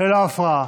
ללא הפרעה.